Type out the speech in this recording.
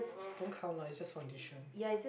don't count lah it's just foundation